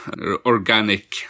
organic